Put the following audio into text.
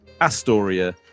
Astoria